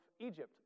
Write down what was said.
Egypt